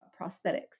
prosthetics